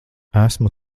esmu